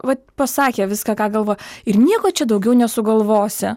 va pasakė viską ką galvoja ir nieko čia daugiau nesugalvosi